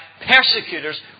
persecutors